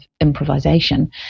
improvisation